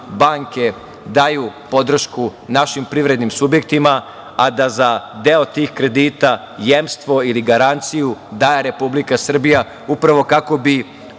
banke daju podršku našim privrednim subjektima, a da za deo tih kredita jemstvo ili garanciju daje Republika Srbija, upravo kako bi